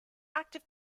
active